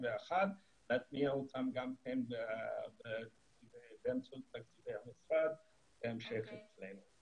ואנחנו מחכים ל-2021 להטמיע את זה גם באמצעות תקציבי המשרד בהמשך אצלנו.